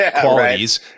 qualities